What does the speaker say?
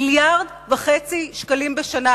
מיליארד וחצי שקלים בשנה,